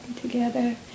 together